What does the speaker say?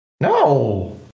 No